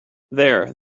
there